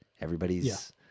everybody's